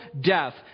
death